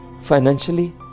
Financially